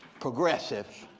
progressive,